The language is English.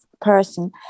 person